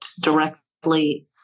directly